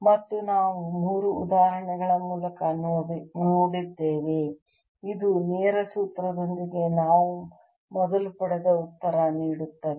ಮತ್ತು ನಾವು ಮೂರು ಉದಾಹರಣೆಗಳ ಮೂಲಕ ನೋಡಿದ್ದೇವೆ ಇದು ನೇರ ಸೂತ್ರದೊಂದಿಗೆ ನಾವು ಮೊದಲು ಪಡೆದ ಉತ್ತರವನ್ನು ನೀಡುತ್ತದೆ